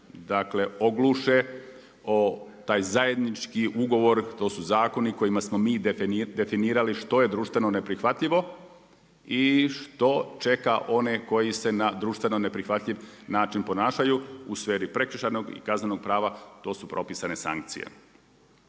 dakle ogluše o taj zajednički ugovor, to su zakoni kojima smo mi definirali što je društveno neprihvatljivo i što čeka one koji se na društveno neprihvatljiv način ponašaju u sferi prekršajnog i kaznenog prava to su propisane sankcije.